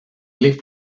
left